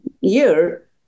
year